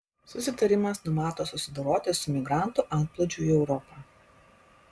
susitarimas numato susidoroti su migrantų antplūdžiu į europą